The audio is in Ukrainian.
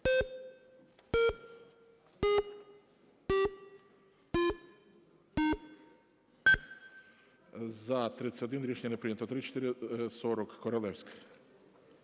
За-31 Рішення не прийнято. 3440, Королевська.